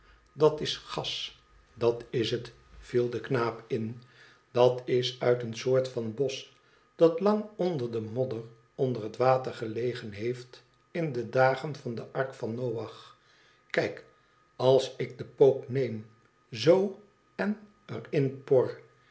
dat is gas dat is het viel de knaap in dat is uit een soort van bosch dat lang onder de modder onder het water gelegen heeft in de dagen van de ark van noach kijk als ik de pook neem zoo en